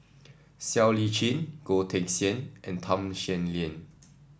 Siow Lee Chin Goh Teck Sian and Tham Sien Yen